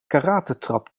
karatetrap